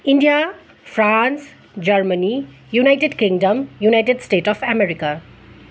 India France Germany United Kingdom United State of America